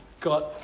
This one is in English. got